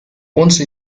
once